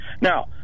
Now